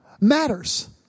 matters